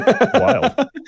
wild